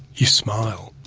you smile,